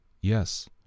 yes